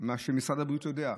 מה שמשרד הבריאות יודע,